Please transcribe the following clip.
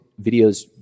videos